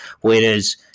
whereas